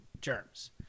germs